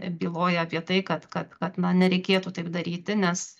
byloja apie tai kad kad kad na nereikėtų taip daryti nes